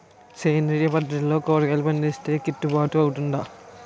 సేంద్రీయ పద్దతిలో కూరగాయలు పండిస్తే కిట్టుబాటు అవుతుందా?